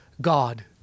God